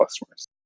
customers